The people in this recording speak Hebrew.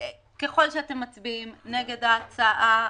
ככל שאתם מצביעים נגד ההצעה,